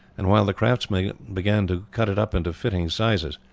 and while the craftsmen began to cut it up into fitting sizes,